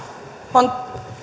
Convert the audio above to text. on